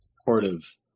supportive